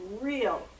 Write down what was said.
real